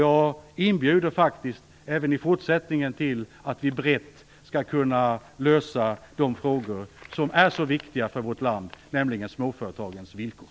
Jag inbjuder även i fortsättningen till breda lösningar på problem kring det som är så viktigt för vårt land, nämligen småföretagens villkor.